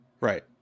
Right